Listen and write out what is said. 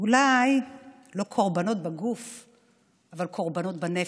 אולי לא קורבנות בגוף אבל קורבנות בנפש.